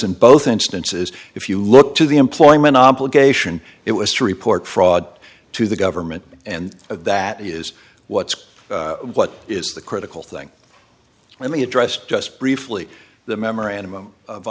in both instances if you look to the employment obligation it was to report fraud to the government and that is what's what is the critical thing let me address just briefly the memorandum of